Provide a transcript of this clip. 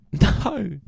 No